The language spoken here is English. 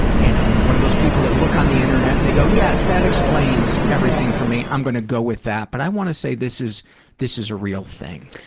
you know, one of those people that look on the internet and they go, yes, that explains everything for me, i'm going to go with that. but i want to say this is this is a real thing.